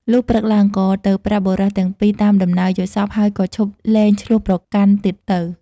លុះព្រឹកឡើង ក៏ទៅប្រាប់បុរសទាំងពីរតាមដំណើរយល់សប្តិ ហើយក៏ឈប់លែងឈ្លោះប្រកាន់ទៀតទៅ ។